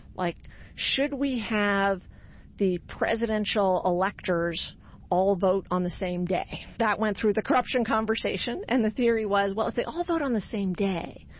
like should we have the presidential electors all vote on the same day? that went through the corruption conversation and the theory was well if they all vote on the same day,